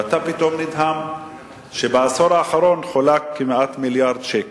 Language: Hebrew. ואתה פתאום נדהם שבעשור האחרון חולק כמעט מיליארד שקל.